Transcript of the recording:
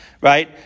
Right